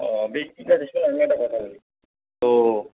ও বেশ ঠিক আছে শোনো আমি একটা কথা বলি তো